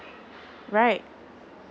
right